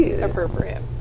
appropriate